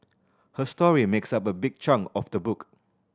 her story makes up a big chunk of the book